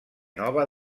nova